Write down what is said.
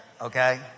Okay